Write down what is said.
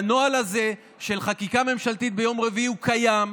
והנוהל הזה של חקיקה ממשלתית ביום רביעי הוא קיים,